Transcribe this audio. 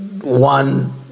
one